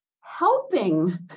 helping